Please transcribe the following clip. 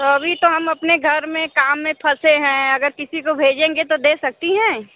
तो अभी तो हम अपने घर में काम में फंसे हैं अगर किसी को भेजेंगे तो दे सकती हैं